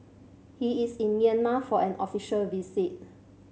he is in Myanmar for an official visit